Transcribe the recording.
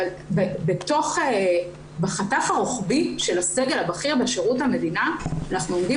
אבל בחתך הרוחבי של הסגל הבכיר בשירות המדינה אנחנו עומדים